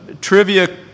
trivia